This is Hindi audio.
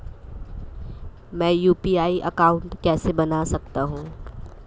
मैं यू.पी.आई अकाउंट कैसे बना सकता हूं?